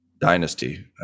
dynasty